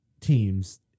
teams